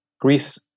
Greece